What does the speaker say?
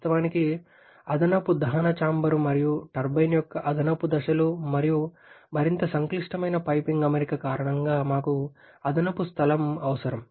వాస్తవానికి అదనపు దహన చాంబర్ మరియు టర్బైన్ యొక్క అదనపు దశలు మరియు మరింత సంక్లిష్టమైన పైపింగ్ అమరిక కారణంగా మాకు అదనపు స్థలం అవసరం